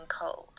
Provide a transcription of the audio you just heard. cold